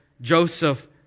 Joseph